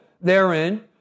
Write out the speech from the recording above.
therein